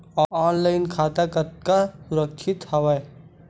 Online खाता कतका सुरक्षित हवय?